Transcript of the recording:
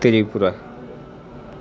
Tripura